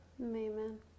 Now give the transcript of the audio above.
Amen